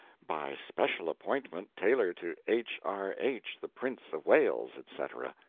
by special appointment tailor to h. r. h. the prince of wales, etc.